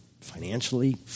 Financially